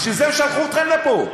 בשביל זה הם שלחו אתכם לפה,